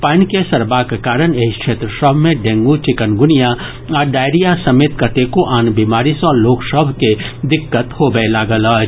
पानि के सड़बाक कारण एहि क्षेत्र सभ मे डेंग चिकनगुनिया आ डायरिया समेत कतेको आन बीमारी सॅ लोक सभ के दिक्कत होबय लागल अछि